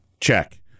Check